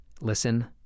Listen